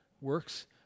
works